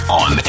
on